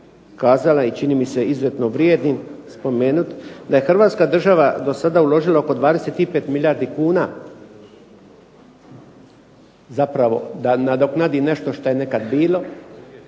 kazala i čini mi se izuzetno vrijednim spomenuti, da je Hrvatska država do sada uložila oko 25 milijardi kuna, zapravo da nadoknadi nešto što je nekada bilo,